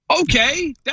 Okay